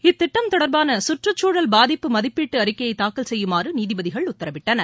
இத்திட்டம் தொடர்பான சுற்றுச்சூழல் பாதிப்பு மதிப்பீட்டு அறிக்கையை தாக்கல் செய்யுமாறு நீதிபதிகள் உத்தரவிட்டனர்